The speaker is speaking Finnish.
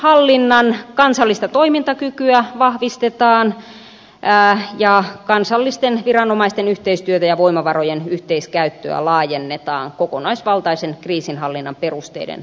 siviilikriisinhallinnan kansallista toimintakykyä vahvistetaan ja kansallisten viranomaisten yhteistyötä ja voimavarojen yhteiskäyttöä laajennetaan kokonaisvaltaisen kriisinhallinnan perusteiden mukaisesti